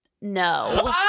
No